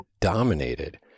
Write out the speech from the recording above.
dominated